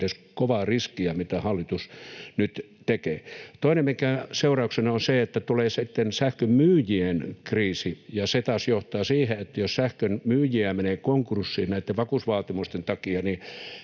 edes kovaa riskiä, mitä hallitus nyt tekee. Toinen, mikä on seurauksena, on se, että tulee sitten sähkön myyjien kriisi, ja se taas johtaa siihen, että jos sähkön myyjiä menee konkurssiin näitten vakuusvaatimusten takia,